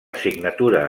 signatura